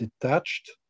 detached